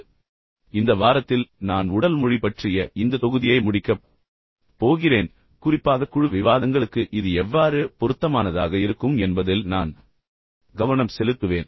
இப்போது இந்த வாரத்தில் நான் உடல் மொழி பற்றிய இந்த தொகுதியை முடிக்கப் போகிறேன் குறிப்பாக குழு விவாதங்களுக்கு இது எவ்வாறு பொருத்தமானதாக இருக்கும் என்பதில் நான் கவனம் செலுத்துவேன்